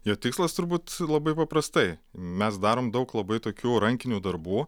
jo tikslas turbūt labai paprastai mes darom daug labai tokių rankinių darbų